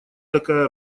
такая